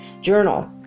journal